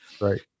Right